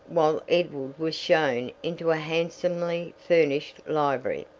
while edward was shown into a handsomely-furnished library,